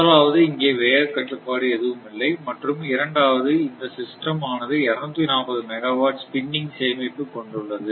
முதலாவது இங்கே வேக கட்டுப்பாடு எதுவும் இல்லை மற்றும் இரண்டாவது இந்த சிஸ்டம் ஆனது 240 மெகாவாட் ஸ்பின்னிங் சேமிப்பு கொண்டுள்ளது